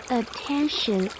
attention